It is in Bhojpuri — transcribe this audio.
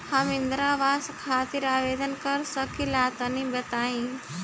हम इंद्रा आवास खातिर आवेदन कर सकिला तनि बताई?